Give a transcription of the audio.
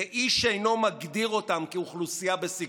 ואיש אינו מגדיר אותם כאוכלוסייה בסיכון.